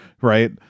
right